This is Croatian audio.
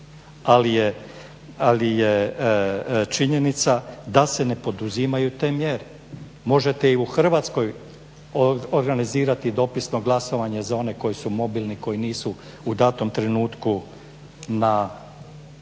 Ali je činjenica da se ne poduzimaju te mjere. Možete i u Hrvatskoj organizirati dopisno glasovanje za one koji su mobilni, koji nisu u datom trenutku na